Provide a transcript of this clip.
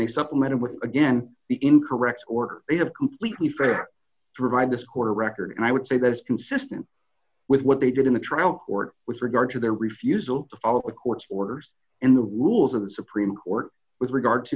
they supplemented with again the incorrect or they have completely failed to provide this court record and i would say that is consistent with what they did in the trial court with regard to their refusal to follow a court's orders and the rules of the supreme court with regard to